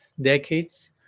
Decades